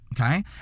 okay